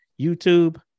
YouTube